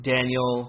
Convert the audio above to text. Daniel